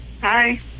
Hi